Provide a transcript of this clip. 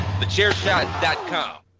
thechairshot.com